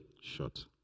Short